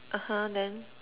(uh huh) then